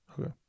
okay